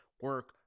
Work